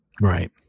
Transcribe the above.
Right